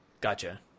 Gotcha